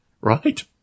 right